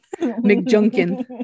McJunkin